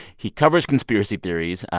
he covers conspiracy theories.